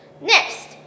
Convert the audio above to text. Next